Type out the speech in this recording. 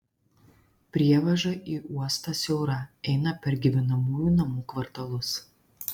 prievaža į uostą siaura eina per gyvenamųjų namų kvartalus